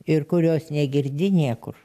ir kurios negirdi niekur